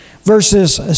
Verses